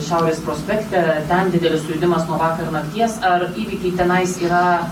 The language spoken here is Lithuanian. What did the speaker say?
šiaurės prospekte dar didelis sujudimas nuo vakar nakties ar įvykiai tenais yra